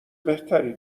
بهتری